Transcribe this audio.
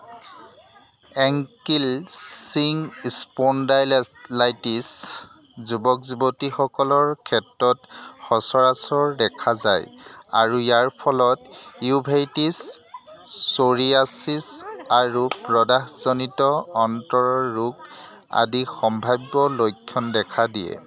ankylosing spondylitis যুৱক যুৱতীসকলৰ ক্ষেত্ৰত সচৰাচৰ দেখা যায় আৰু ইয়াৰ ফলত ইউভেইটিছ চ'ৰিয়াচিছ আৰু প্ৰদাহজনিত অন্ত্ৰৰ ৰোগ আদি সম্ভাৱ্য লক্ষণ দেখা দিয়ে